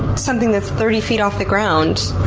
something that's thirty feet off the ground,